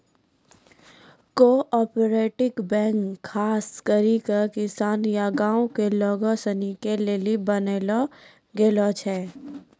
cooperative bank खास करी के किसान या गांव के लोग सनी के लेली बनैलो गेलो छै